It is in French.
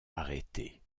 arrêté